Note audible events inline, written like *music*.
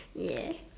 *breath* yes